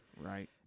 right